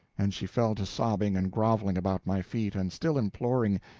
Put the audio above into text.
and she fell to sobbing and grovelling about my feet, and still imploring.